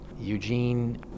Eugene